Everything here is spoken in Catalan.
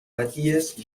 maties